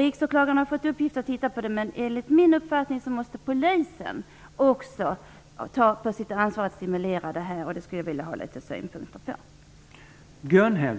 Riksåklagaren har fått i uppgift att titta på saken, men enligt min uppfattning måste också polisen ta ansvar för detta. Jag skulle nu vilja ha litet synpunkter på den här